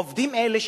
העובדים האלה,